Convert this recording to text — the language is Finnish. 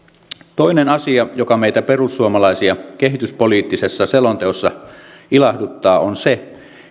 toinen asia joka meitä perussuomalaisia kehityspoliittisessa selonteossa se